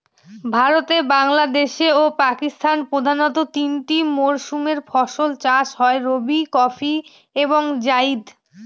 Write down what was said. ভারতে বাংলাদেশে ও পাকিস্তানে প্রধানত তিনটা মরসুমে ফাসল চাষ হয় রবি কারিফ এবং জাইদ